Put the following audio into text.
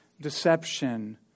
deception